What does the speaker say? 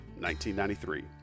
1993